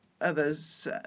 others